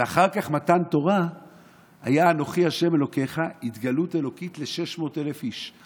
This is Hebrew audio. ואחר כך מתן תורה היה "אנכי ה' אלהיך" התגלות אלוקית ל-600,000 איש.